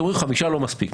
אתם אומרים ש-5 לא מספיק,